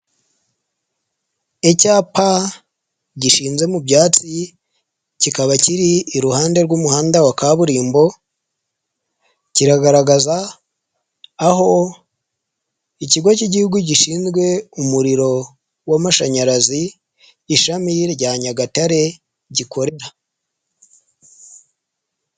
Icyapa gishinze mu byatsi kikaba kiri iruhande rw'umuhanda wa kaburimbo kiragaragaza aho ikigo cy'igihugu gishinzwe umuriro w'amashanyarazi ishami rya Nyagatare gikorera.